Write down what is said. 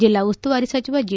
ಜಿಲ್ಲಾ ಉಸ್ತುವಾರಿ ಸಚಿವ ಜಿ